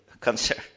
concern